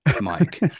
Mike